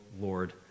Lord